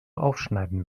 aufschneiden